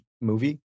movie